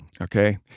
okay